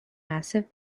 massive